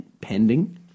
pending